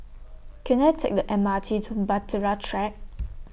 Can I Take The M R T to Bahtera Track